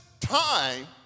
time